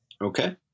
Okay